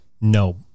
No